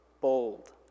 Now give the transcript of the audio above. bold